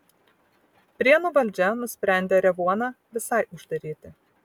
prienų valdžia nusprendė revuoną visai uždaryti